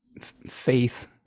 faith